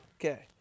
Okay